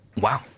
wow